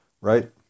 Right